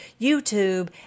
YouTube